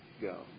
go